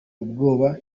ubwoba